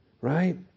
right